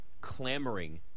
clamoring